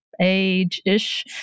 age-ish